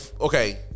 okay